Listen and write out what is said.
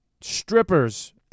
strippers